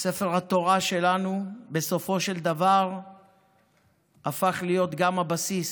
ספר התורה שלנו בסופו של דבר הפך להיות גם הבסיס